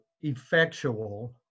effectual